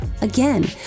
again